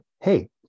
hey